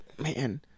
Man